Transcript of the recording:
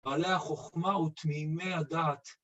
בעלי החוכמה ותמימי הדעת